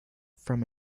from